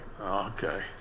okay